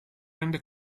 rende